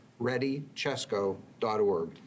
readychesco.org